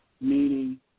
Meaning